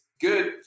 good